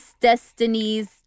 Destinies